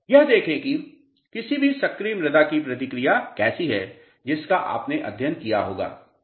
यह देखें कि किसी भी सक्रिय मृदा की प्रतिक्रिया कैसी है जिसका आपने अध्ययन किया होगा